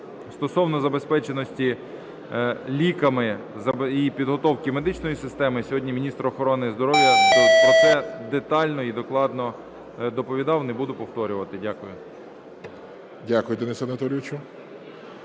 Стосовно забезпеченості ліками і підготовки медичної системи, сьогодні міністр охорони здоров'я про це детально і докладно доповідав, не буду повторювати. Дякую. ГОЛОВУЮЧИЙ. Дякую, Денисе Анатолійовичу.